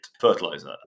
fertilizer